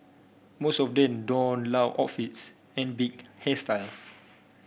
most of them donned loud outfits and big hairstyles